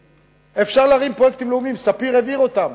אפשר להרים פרויקטים לאומיים; ספיר העביר אותם,